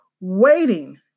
waiting